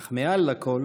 אך מעל לכול